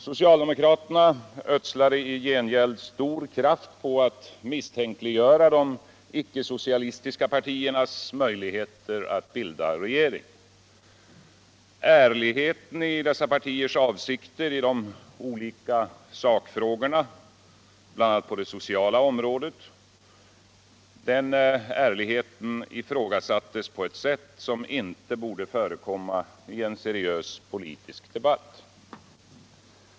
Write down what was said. Soctaldemokratin ödslade i gengäld stor kraft på att misstänkliggöra de icke-socialistiska partiernas möjligheter att bilda regering, Ärligheten i dessa partiers avsikter i de olika sakfrågorna, bl.a. på det sociala området, ifrågasaltes på ett sätt som inte borde förekomma i en seriös politisk debatt.